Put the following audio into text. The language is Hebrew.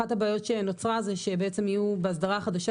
אחת הבעיות שנוצרה זה שבעצם יהיו באסדרה החדשה